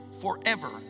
forever